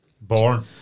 Born